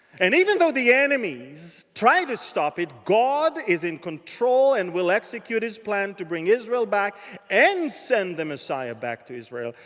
and even though the enemy is trying to stop it. god is in control and will execute his plan to bring israel back and send the messiah back to israel.